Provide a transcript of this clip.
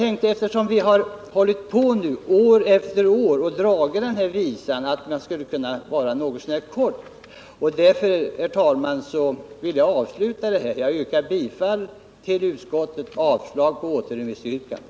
Men eftersom vi har hållit på och dragit den här visan år efter år tänkte jag att vi i dag skulle kunna göra debatten något så när kort. Därför, herr talman, vill jag nu avsluta den här diskussionen med att yrka bifall till utskottets hemställan och avslag på återremissyrkandet.